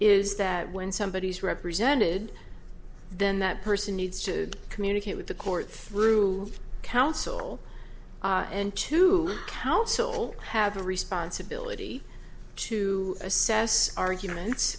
is that when somebody is represented then that person needs to communicate with the court through counsel and to counsel have the responsibility to assess arguments